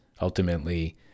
ultimately